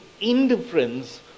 indifference